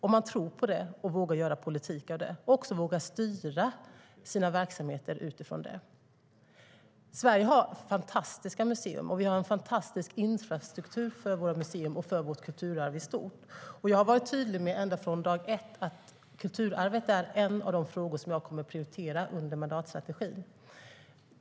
Om man tror på det, vågar göra politik av det och också vågar styra sina verksamheter utifrån det kan man göra mycket. Sverige har fantastiska museer, och vi har en fantastisk infrastruktur för våra museer och för vårt kulturarv i stort. Jag har varit tydlig ända från dag ett med att kulturarvet är en av de frågor som jag kommer att prioritera under mandatperioden.